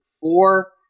four